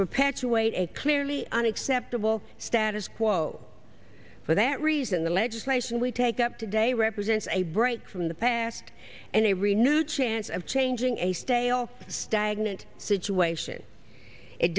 perpetuate a clearly unacceptable status quo for that reason the legislation we take up today represents a break from the past and a renewed chance of changing a stale stagnant situation it